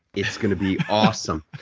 it's going to be awesome.